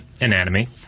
anatomy